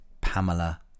Pamela